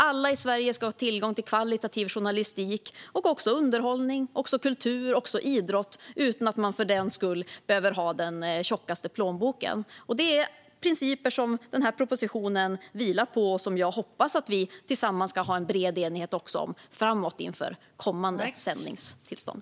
Alla i Sverige ska ha tillgång till högkvalitativ journalistik, underhållning, kultur och idrott utan att man för den skull behöver ha den tjockaste plånboken. Det är principer som propositionen vilar på och som jag hoppas att vi kan få bred enighet om framåt inför kommande sändningstillstånd.